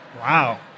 Wow